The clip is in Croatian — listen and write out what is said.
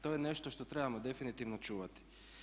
To je nešto što trebamo definitivno čuvati.